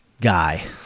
guy